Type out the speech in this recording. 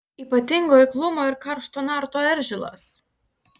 ypatingo eiklumo ir karšto narto eržilas